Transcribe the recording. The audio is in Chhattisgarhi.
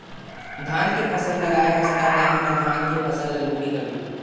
धान के फसल लगाए हस त तय ह धान के फसल ल लूबे करबे